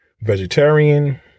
vegetarian